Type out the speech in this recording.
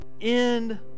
end